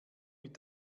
mit